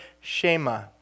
Shema